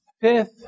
Fifth